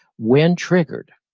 when triggered,